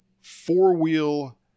four-wheel